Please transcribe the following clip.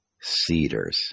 cedars